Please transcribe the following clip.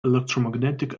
electromagnetic